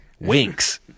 Winks